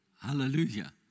Hallelujah